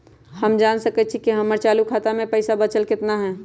हम जान सकई छी कि हमर चालू खाता में पइसा बचल कितना हई